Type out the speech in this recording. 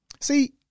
See